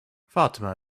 fatima